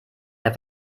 der